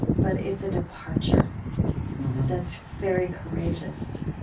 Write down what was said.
but it's a departure that's very courageous